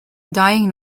dying